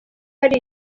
hari